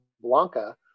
Blanca